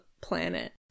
planet